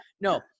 No